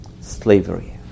slavery